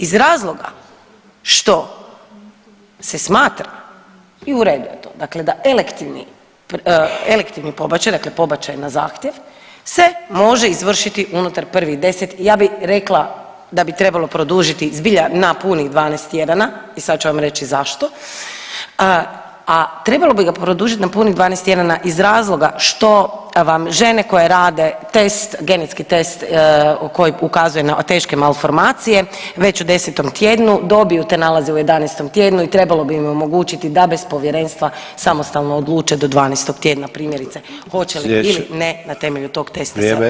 Iz razloga što se smatra i u redu je to, dakle da elektivni pobačaj, dakle pobačaj na zahtjev se može izvršiti unutar prvih 10, ja bih rekla da bi trebalo produžiti zbilja na punih 12 tjedana i sad ću vam reći i zašto, a trebalo bi ga produžiti na punih 12 tjedana iz razloga što vam žene koje rade test, genetski test koji ukazuje na teške malformacije već u 10 tjednu dobiju te nalaze u 11. tjednu i trebalo bi im omogućiti da bez povjerenstva samostalno odluče do 12. tjedna, primjerice hoće li ili [[Upadica: Vrijeme.]] ne na temelju tog testa se odlučiti na pobačaj.